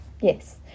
yes